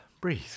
breathe